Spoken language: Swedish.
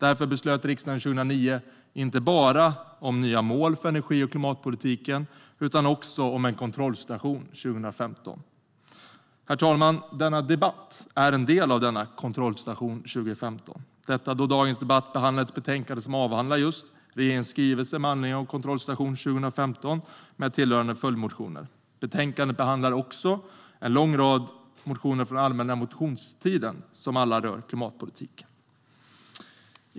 Därför beslutade riksdagen 2009 inte bara om nya mål för klimat och energipolitiken utan också om en kontrollstation 2015. Herr talman! Denna debatt är en del av denna kontrollstation 2015 - detta då dagens debatt behandlar ett betänkande som avhandlar just regeringens skrivelse med anledning av kontrollstation 2015 med tillhörande följdmotioner. Betänkandet behandlar också en lång rad motioner från den allmänna motionstiden som alla rör klimatpolitiken.